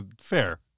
Fair